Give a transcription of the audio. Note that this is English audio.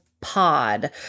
pod